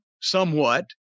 somewhat